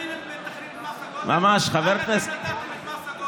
שנים הם מתכננים את מס הגודש.